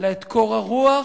היה לה קור הרוח,